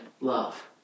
love